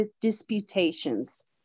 disputations